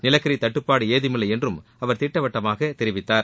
நிலக்கிரி தட்டுப்பாடு ஏதுமில்லை என்றும் அவர் திட்டவட்டமாக தெரிவித்தார்